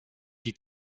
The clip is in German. die